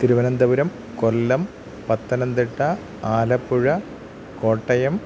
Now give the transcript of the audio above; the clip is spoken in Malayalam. തിരുവനന്തപുരം കൊല്ലം പത്തനന്തിട്ട ആലപ്പുഴ കോട്ടയം